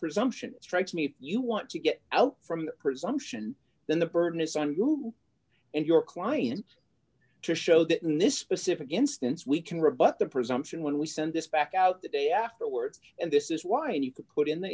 presumption strikes me you want to get out from the presumption then the burden is on you and your client to show that in this specific instance we can rebut the presumption when we send this back out the day afterwards and this is why you could put in the